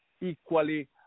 equally